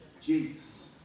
Jesus